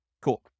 Cool